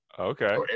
Okay